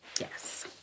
Yes